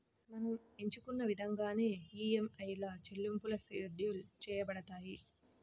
మనం ఎంచుకున్న ఇదంగానే ఈఎంఐల చెల్లింపులు షెడ్యూల్ చేయబడతాయి